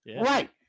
Right